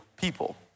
people